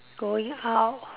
going out